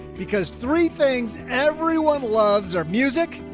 because three things, everyone loves our music,